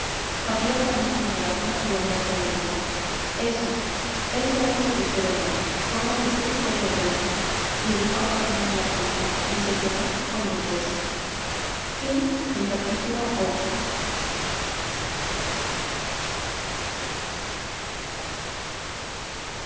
abrió germán el durazno y ernesto le dijo eso eso es lo que quiero yo cómete t ú todo el resto y dejó á germán la pulpa y sé quedó con el hueso